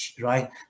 right